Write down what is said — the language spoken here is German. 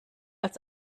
als